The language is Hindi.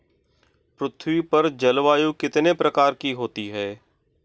पृथ्वी पर जलवायु कितने प्रकार की होती है?